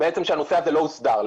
בעצם הנושא הזה לא הוסדר.